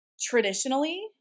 Traditionally